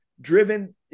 driven